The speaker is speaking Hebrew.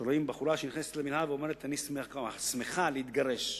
שבו רואים בחורה שנכנסת למינהל ואומרת: אני שמחה להתגרש.